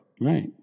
right